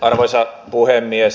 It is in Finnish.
arvoisa puhemies